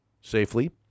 safely